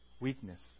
Weakness